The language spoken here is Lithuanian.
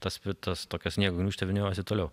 tas kitas tokia sniego gniūžtė vyniojasi toliau